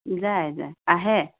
যায় যায় আহে